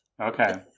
Okay